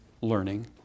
learning